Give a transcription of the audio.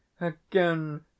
Again